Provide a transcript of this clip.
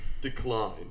Decline